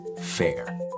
FAIR